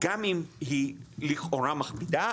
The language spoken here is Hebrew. גם אם היא לכאורה מכבידה.